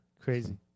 Crazy